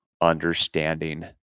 understanding